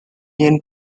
ingin